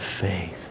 faith